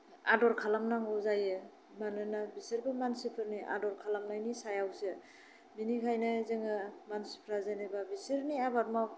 आदर खालामनांगौ जायो मानोना बिसोरबो मानसिफोरनि आदर खालामनायनि सायावसो बिनिखायनो जोङो मानसिफ्रा जेनेबा बिसोरनि आबाद मावनाय